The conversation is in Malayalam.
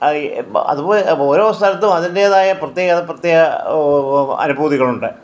അതുപോലെ ഓരോ സ്ഥലത്തും അതിൻ്റെതായ പ്രത്യേക പ്രത്യേക അനുഭൂതികളുണ്ട്